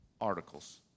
articles